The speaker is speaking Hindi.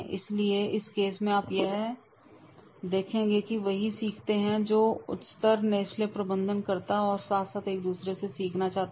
इसलिए इस केस में आप यह देखेंगे कि वही सीखते हैं जो उच्चतर नेस्ले प्रबंध कर्ता और साथ साथ एक दूसरे से सीखना चाहते है